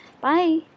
bye